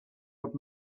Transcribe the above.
had